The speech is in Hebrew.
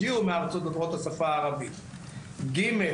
הגיעו מארצות דוברות השפה הערבית; ג.